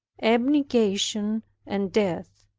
abnegation and death.